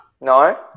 No